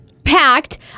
Packed